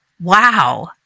wow